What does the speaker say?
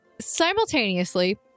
Simultaneously